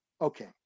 okay